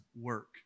work